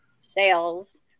sales